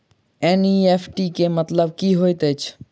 NEFT केँ मतलब की हएत छै?